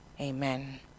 Amen